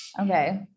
Okay